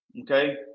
Okay